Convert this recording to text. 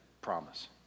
promise